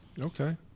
Okay